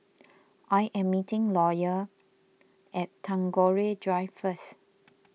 I am meeting Lawyer at Tagore Drive first